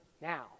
now